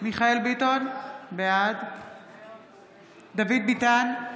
מיכאל מרדכי ביטון, בעד דוד ביטן,